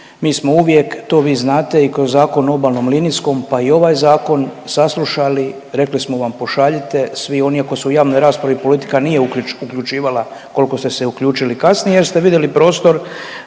mi smo uvijek to vi znate i kroz Zakon o obalnom linijskom pa i ovaj zakon saslušali, rekli smo vam pošaljite. Svi oni ako su u javnoj raspravi politika nije uključivala koliko ste se uključili kasnije jer ste vidjeli prostor